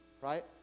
Right